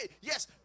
yes